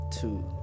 two